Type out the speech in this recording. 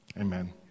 Amen